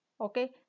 okay